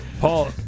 Paul